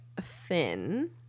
thin